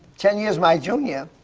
ten years my junior,